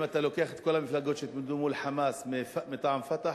אם אתה לוקח את כל המפלגות שהתמודדו מול "חמאס" מטעם "פתח",